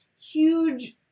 huge